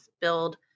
build